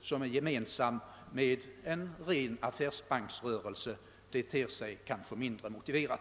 skulle ha gemensam med den rena affärsbanksrörelsen ter sig mindre motiverat.